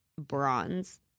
bronze